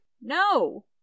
No